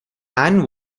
anne